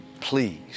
please